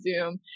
zoom